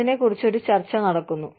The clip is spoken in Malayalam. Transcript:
അതിനെകുറിച്ച് ഒരു ചർച്ച നടക്കുന്നു